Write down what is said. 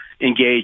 engage